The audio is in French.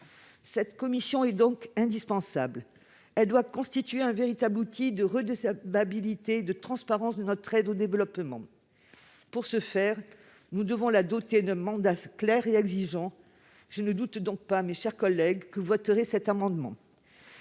Cette commission est indispensable. Elle doit constituer un véritable outil de redevabilité et de transparence de l'APD. Pour ce faire, nous devons la doter d'un mandat clair et exigeant. Je ne doute pas, mes chers collègues, que vous voterez en faveur de